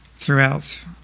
throughout